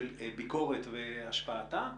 של ביקורת והשפעתה,